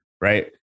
right